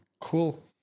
Cool